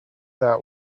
that